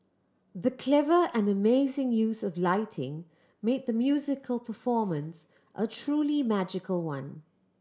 the clever and amazing use of lighting made the musical performance a truly magical one